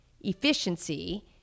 efficiency